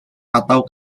atau